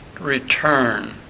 return